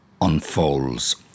unfolds